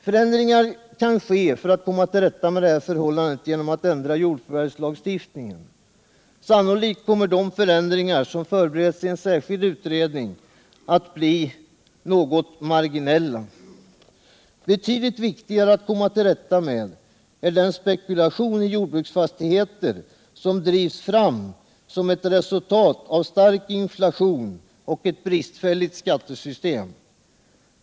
Man kan göra förändringar i jordförvärvslagstiftningen för att få bättre förhållanden. Sannolikt kommer de förändringar som förbereds i en särskild utredning att bli marginella. Betydligt viktigare att komma till rätta med är den spekulation i jordbruksfastigheter som drivs fram som ett resultat av stark inflation och ett bristfälligt skattesystem.